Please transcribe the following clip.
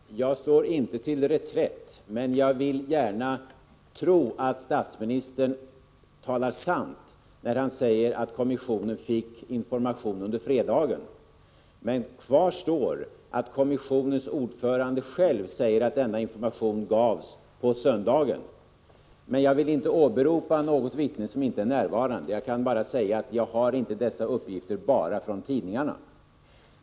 Fru talman! Jag slår inte till reträtt, men jag vill gärna tro att statsministern talar sanning när han säger att kommissionen fick information under fredagen. Kvar står emellertid att kommissionens ordförande själv säger att denna information gavs på söndagen. Dock skall jag inte åberopa ett vittne som inte är närvarande. Jag kan endast säga att jag inte har dessa uppgifter bara från tidningarna.